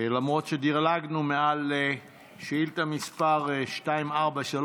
למרות שדילגנו על שאילתה מס' 243,